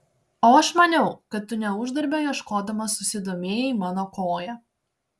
o aš maniau kad tu ne uždarbio ieškodamas susidomėjai mano koja